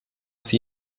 sie